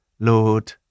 Lord